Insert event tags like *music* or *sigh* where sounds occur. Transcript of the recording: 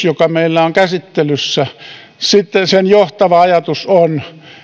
*unintelligible* joka meillä on käsittelyssä johtava ajatus on